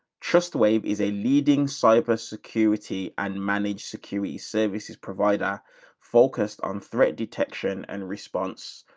trustwave is a leading cyber security and managed securities services provider focused on threat detection and response.